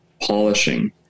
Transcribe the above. polishing